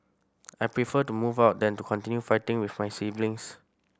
I prefer to move out than to continue fighting with my siblings